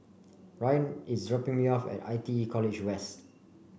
Ryann is dropping me off at I T E College West